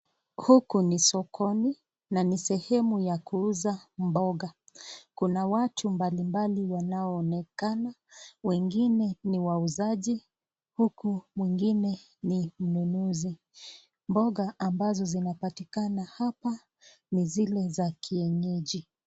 Huku ni sokoni na ni sehemu ya kuuza mboga, kuna watu mbalimbali wanaoonekana wengine ni wauzaji, huku mwingine ni mnunuzi, mboga ambazo zinapatikakana hapa ni zile za kienyeji.